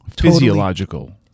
physiological